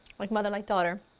like mother like daughter.